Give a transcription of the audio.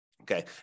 okay